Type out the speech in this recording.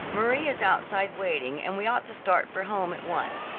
marie is outside waiting, and we ought to start for home at once.